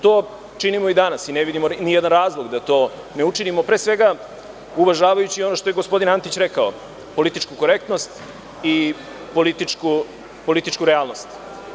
To činimo i danas i ne vidimo ni jedan razlog da to ne učinimo, pre svega uvažavajući ono što je gospodin Antić rekao, političku korektnost i političku realnost.